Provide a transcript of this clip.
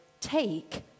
take